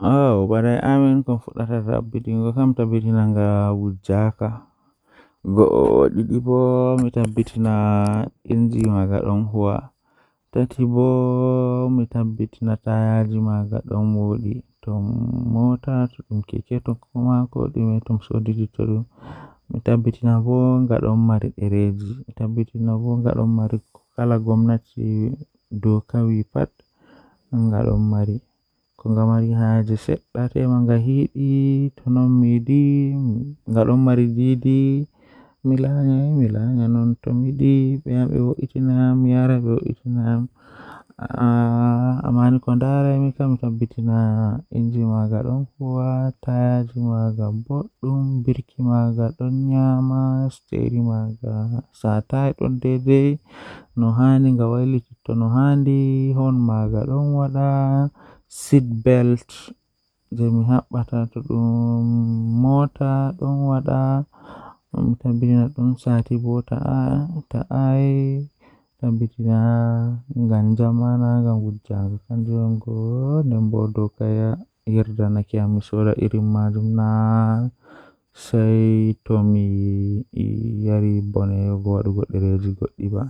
Njiddere sabu to cut walla scrape ngal, kadi holla. Waawataa njiddaade bandage ngam fittaade sabu so tawii nafoore ngal e ɓuri. Njiddaade care, waawataa sabu heɓa nder so tawii njiddaade ko safu.